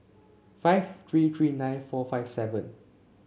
five three three nine four five seven